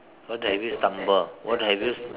what have you stumbled what have you